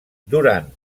durant